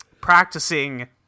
practicing